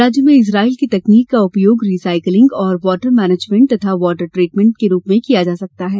राज्य में इजराइल की तकनीक का उपयोग री साइकिलिंग और वाटर मैनेजमेंट तथा वाटर ट्रीटमेंट में किया जा सकता है